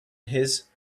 his